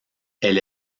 elle